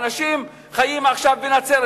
האנשים חיים עכשיו בנצרת.